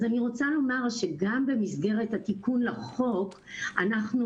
אז אני רוצה לומר שגם במסגרת התיקון לחוק אנחנו